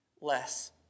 less